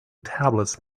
tablets